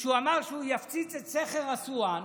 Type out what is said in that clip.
שהוא אמר שהוא יפציץ את סכר אסואן,